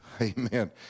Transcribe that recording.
amen